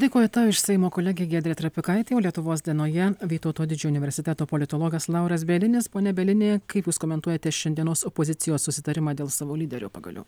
dėkoju tau iš seimo kolegė giedrė trapikaitė o lietuvos dienoje vytauto didžiojo universiteto politologas lauras bielinis pone bielini kaip jūs komentuojate šiandienos opozicijos susitarimą dėl savo lyderio pagaliau